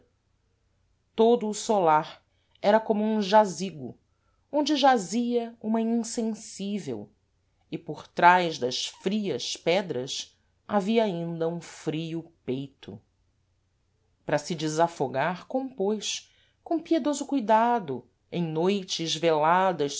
todo o solar era como um jazigo onde jazia uma insensível e por trás das frias pedras havia ainda um frio peito para se desafogar compôs com piedoso cuidado em noites veladas